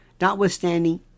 notwithstanding